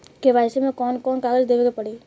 KYC मे कौन कौन कागज देवे के पड़ी?